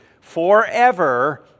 forever